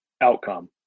outcome